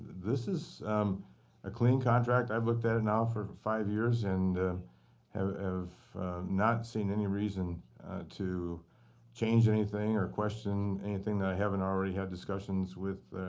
this is a clean contract. i've looked at it now for five years and have not seen any reason to change anything or question anything that i haven't already had discussions with